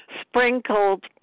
sprinkled